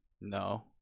No